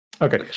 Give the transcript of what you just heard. Okay